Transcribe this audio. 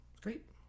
Great